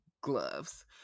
gloves